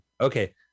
Okay